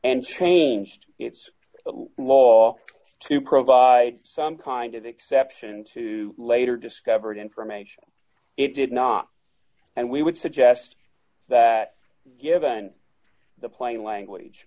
and changed its law to provide some kind of exception to later d discovered information it did not and we would suggest that given the plain language